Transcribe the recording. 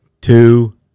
two